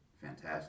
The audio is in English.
fantastic